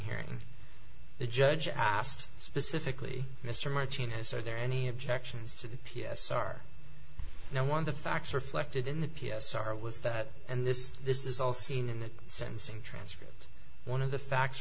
hearing the judge asked specifically mr martinez are there any objections to the p s r you know one of the facts reflected in the p s r was that and this this is all seen in the sentencing transcript one of the facts